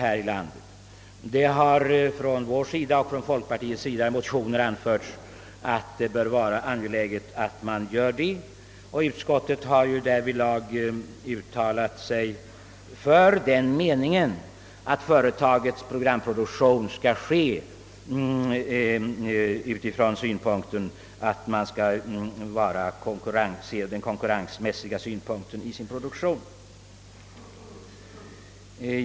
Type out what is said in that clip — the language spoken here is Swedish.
Från centerpartiets och folkpartiets sida har i motioner anförts, att det bör vara angeläget att göra detta. Utskottet har därvid uttalat sig för den meningen att företagets programproduktion skall bedrivas i konkurrens med fria producenter.